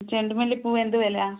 ചെണ്ടുമല്ലിപ്പൂ എന്ത് വില